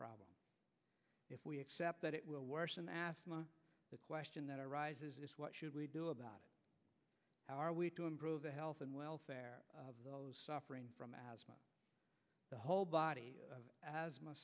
problem if we accept that it will worsen ask the question that arises is what should we do about it how are we to improve the health and welfare of those suffering from asthma the whole body